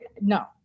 No